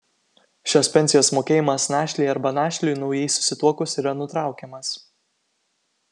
šios pensijos mokėjimas našlei arba našliui naujai susituokus yra nutraukiamas